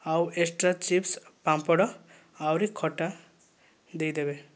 ଆଉ extra chips papad ଆହୁରି ଖଟା ଦେଇଦେବେ